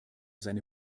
seine